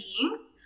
beings